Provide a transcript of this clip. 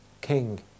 king